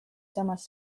samas